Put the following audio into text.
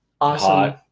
awesome